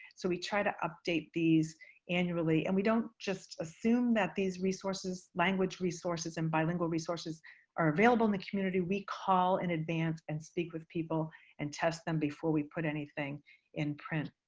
so we try to update these annually. and we don't just assume that these resources language resources and bilingual resources are available in the community. we call in advance and speak with people and test them before we put anything in print.